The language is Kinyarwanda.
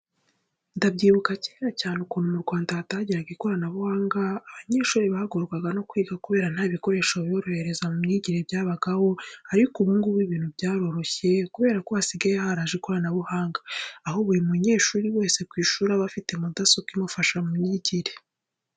Ndabyibuka kera cyane ukuntu mu Rwanda hataragera ikoranabuhanga, abanyeshuri bagorwaga no kwiga kubera nta bikoresho biborohereza mu myigire byabagaho ariko ubu ngubu ibintu byaroroshye kubera ko hasigaye haraje ikoranabuhanga, aho buri munyeshuri wese ku ishuri aba afite mudasobwa imufasha mu myigire.